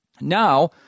Now